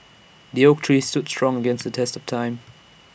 the oak tree stood strong against test of time